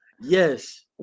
yes